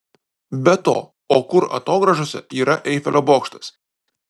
be to o kur atogrąžose yra eifelio bokštas